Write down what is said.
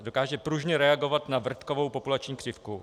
Dokáže pružně reagovat na vrtkavou populační křivku.